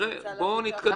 בואו נתקדם.